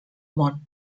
món